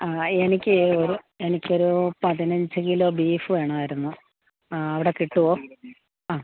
ആ എനിക്കേ ഒരു എനിക്കൊരു പതിനഞ്ച് കിലോ ബീഫ് വേണമായിരുന്നു ആ അവിടെ കിട്ടുമോ ആ